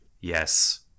Yes